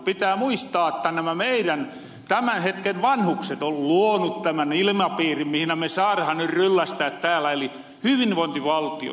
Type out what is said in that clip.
pitää muistaa että nämä meirän tämän hetken vanhukset on luonu tämän ilmapiirin mihinä me saarahan nyt ryllästää täällä eli hyvinvointivaltion